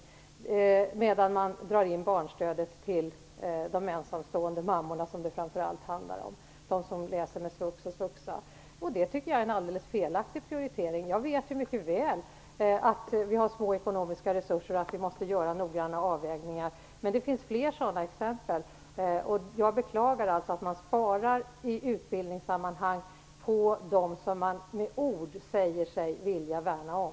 Samtidigt drar man in barnstödet till framför allt de ensamstående mammorna som läser med svux och svuxa. Det tycker jag är en alldeles felaktig prioritering. Jag vet mycket väl att vi har små ekonomiska resurser och att vi måste göra noggranna avvägningar. Men det finns fler sådana exempel, och jag beklagar alltså att man sparar i utbildningssammanhang på dem som man i ord säger sig vilja värna om.